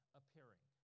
appearing